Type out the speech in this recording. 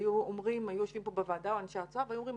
היו יושבים פה בוועדה אנשי האוצר והיו אומרים,